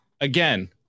Again